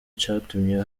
catumye